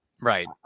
Right